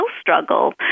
struggle